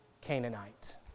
Canaanite